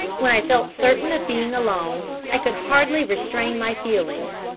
when i felt certain of being alone, i could hardly restrain my feelings.